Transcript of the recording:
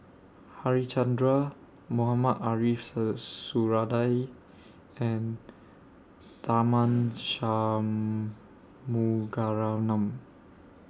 Harichandra Mohamed Ariff Suradi and Tharman Shanmugaratnam